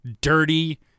dirty